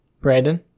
Brandon